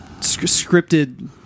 scripted